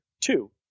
Two